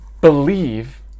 Believe